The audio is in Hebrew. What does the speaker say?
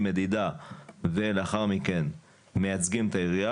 מדידה ולאחר מכן מייצגים את העירייה,